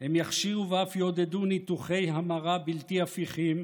הם יכשירו ואף יעודדו ניתוחי המרה בלתי הפיכים,